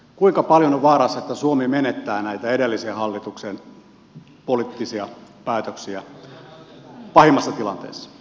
kuinka paljon on vaarassa että suomi menettää näiden edellisen hallituksen poliittisten päätösten vuoksi pahimmassa tilanteessa